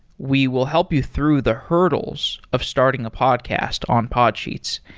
we will help you through the hurdles of starting a podcast on podsheets.